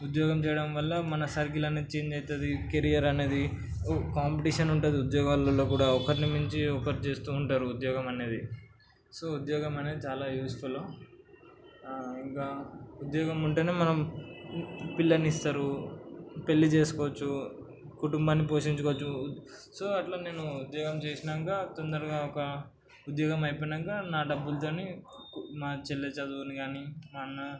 ఉద్యోగం చేయడం వల్ల మన సర్కిల్ అనేది చేంజ్ అవుతుంది కెరీర్ అనేది కాంపిటీషన్ ఉంటుంది ఉద్యోగాలల్లో కూడా ఒకరిని మించి ఒకరు చేస్తూ ఉంటారు ఉద్యోగం అనేది సో ఉద్యోగం అనేది చాలా యూజ్ఫుల్ ఇంకా ఉద్యోగం ఉంటేనే మనం పిల్లని ఇస్తారు పెళ్ళి చేసుకోవచ్చు కుటుంబాన్ని పోషించుకోవచ్చు సో అట్లా నేను ఉద్యోగం చేసాక తొందరగా ఒక ఉద్యోగం అయిపోయినాక నా డబ్బులతోని మా చెల్లె చదువుని కానీ మా అన్న